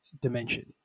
dimension